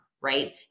right